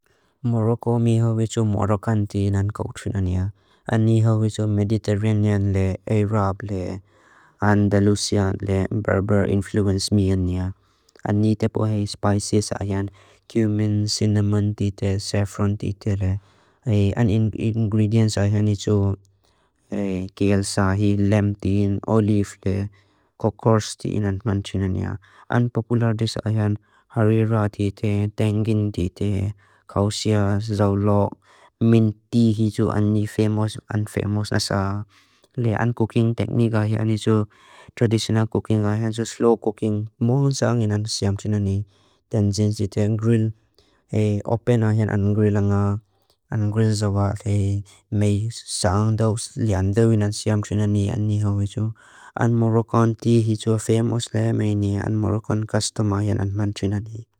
Moroko mi hawe tsu morokanti inan kawtrinania. Ani hawe tsu Mediterranean le, Arab le, Andalusian le, Berber influence mi ania. Ani tepo hei spices ayan cumin, cinnamon tite, saffron tite le. Ingredients ayani tsu keel sahi, lem tine, olive tine, kokors tine atman trinania. An popular tis ayan harira tite, tengin tite, kausia, zaulok, mint ti hi tsu ani famous an famous nasa. Le an cooking technique ayani tsu traditional cooking ayan tsu slow cooking. Mohon sahi inan tsu siam trinania. Tenzin tsi te grill, hei open ayan an grill anga. An grill zawa hei mei saang daw liandaw inan tsu siam trinania ani hawe tsu. An morokanti hi tsu a famous le an morokan custom ayan an man trinania.